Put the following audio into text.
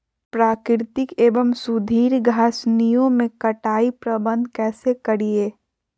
प्राकृतिक एवं सुधरी घासनियों में कटाई प्रबन्ध कैसे करीये?